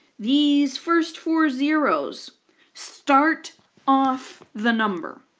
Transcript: these first four zeroes start off the number,